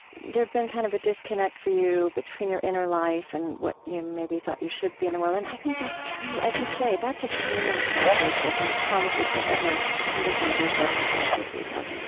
there had been kind of a disconnect for you between your inner life and what you maybe thought you should be in the world, and i think that's true. as you say, that's a human characteristic, and it comes with whatever conditions or circumstances we have.